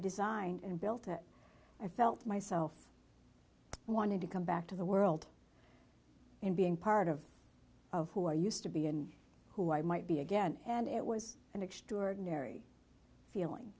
designed and built it i felt myself wanted to come back to the world and being part of of who were used to be and who i might be again and it was an extraordinary feeling